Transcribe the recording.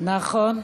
נכון,